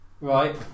Right